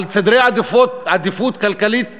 על סדרי עדיפויות כלכליים אחרים.